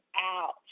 out